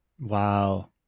Wow